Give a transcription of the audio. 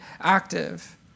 active